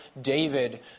David